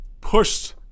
pushed